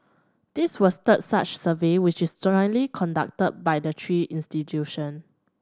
this was third such survey which is jointly conducted by the three institution